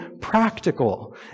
practical